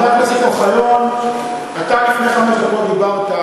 חבר הכנסת אוחיון, אתה לפני חמש דקות דיברת.